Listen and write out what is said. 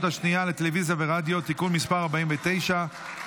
השנייה לטלוויזיה ורדיו (תיקון מס' 49),